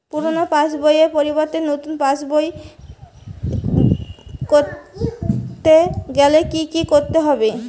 পুরানো পাশবইয়ের পরিবর্তে নতুন পাশবই ক রতে গেলে কি কি করতে হবে?